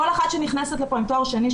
כל אחת שנכנסת לפה עם תואר שני,